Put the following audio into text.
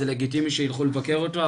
אז זה לגיטימי שילכו לבקר אותו,